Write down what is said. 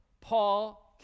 Paul